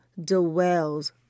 dwells